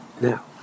now